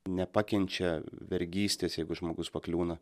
nepakenčia vergystės jeigu žmogus pakliūna